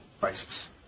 crisis